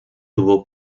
tuvo